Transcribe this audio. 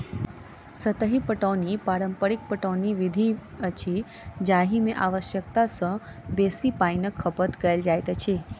सतही पटौनी पारंपरिक पटौनी विधि अछि जाहि मे आवश्यकता सॅ बेसी पाइनक खपत कयल जाइत अछि